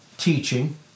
teaching